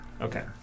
Okay